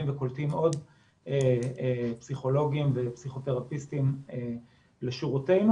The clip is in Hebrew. וקולטים עוד פסיכולוגים ופסיכותרפיסטים לשורותינו,